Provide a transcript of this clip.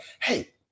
hey